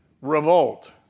revolt